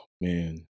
man